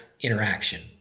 interaction